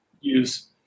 use